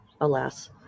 alas